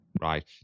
Right